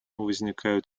возникают